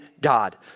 God